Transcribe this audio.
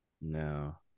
no